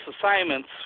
assignments